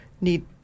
need